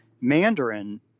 Mandarin